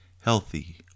healthy